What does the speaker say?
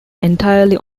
entirely